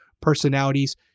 personalities